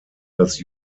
das